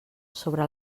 sobre